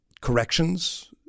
corrections